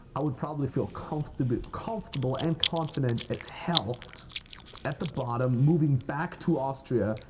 i would probably feel comfortable comfortable and confident as hell at the bottom, moving back to austria,